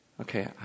Okay